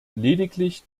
lediglich